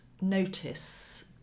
notice